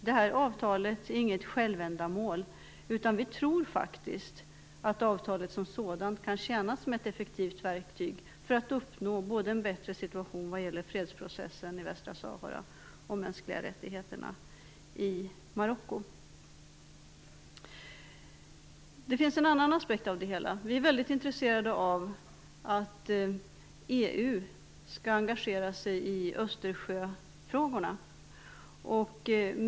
Det här avtalet är inget självändamål. Vi tror faktiskt att avtalet som sådant kan tjäna som ett effektivt verktyg för att uppnå en bättre situation både vad gäller fredsprocessen i Västsahara och vad gäller de mänskliga rättigheterna i Det finns också en annan aspekt. Vi är väldigt intresserade av att EU skall engagera sig i Östersjöfrågorna.